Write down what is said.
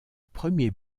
premier